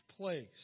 place